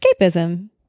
escapism